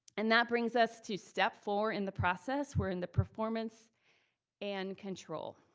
and that brings us to step four in the process. we're in the performance and control.